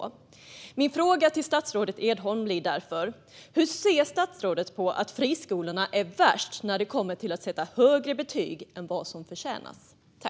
Jag har följande fråga till statsrådet Edholm: Hur ser statsrådet på att friskolorna är värst när det kommer till att sätta högre betyg än vad som förtjänats?